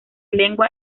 lengua